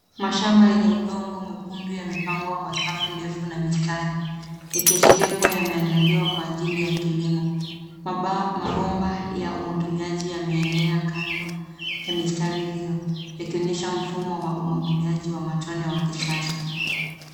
Mashamba yenye udongo mwekundu yamepangwa kwa safu ndefu na mistari. Ikiashiria kuwa yameandaliwa kwa ajili ya kilimo. Mabomba ya umwangiliaji yameenea kando ya mistari hiyo yakionyesha mfumo wa umwangiliaji wa matone wa kisasa.